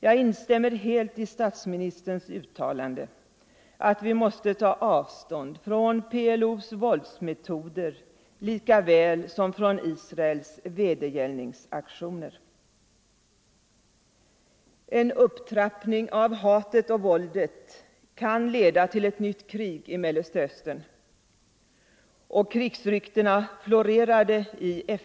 Jag instämmer helt i statsministerns uttalande att vi måste ta avstånd från PLO:s våldsmetoder lika väl som från Israels vedergällningsaktioner. En upptrappning av hatet och våldet kan leda till ett nytt krig i Mellersta Östern. Och krigsryktena florerade i FN.